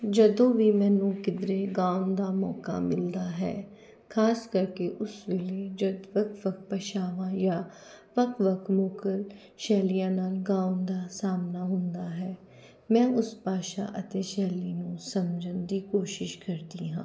ਜਦੋਂ ਵੀ ਮੈਨੂੰ ਕਿਧਰੇ ਗਾਉਣ ਦਾ ਮੌਕਾ ਮਿਲਦਾ ਹੈ ਖਾਸ ਕਰਕੇ ਉਸ ਵੇਲੇ ਜਦੋਂ ਵੱਖ ਵੱਖ ਭਸ਼ਾਵਾਂ ਜਾਂ ਵੱਖ ਵੱਖ ਲੋਕ ਸ਼ੈਲੀਆਂ ਨਾਲ ਗਾਉਣ ਦਾ ਸਾਹਮਣਾ ਹੁੰਦਾ ਹੈ ਮੈਂ ਉਸ ਭਾਸ਼ਾ ਅਤੇ ਸ਼ੈਲੀ ਨੂੰ ਸਮਝਣ ਦੀ ਕੋਸ਼ਿਸ਼ ਕਰਦੀ ਹਾਂ